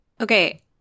Okay